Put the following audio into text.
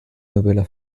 nobela